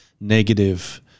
negative